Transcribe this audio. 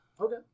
Okay